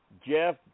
Jeff